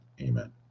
Amen